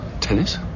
tennis